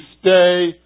stay